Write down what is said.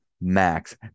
max